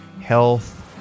health